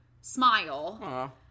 smile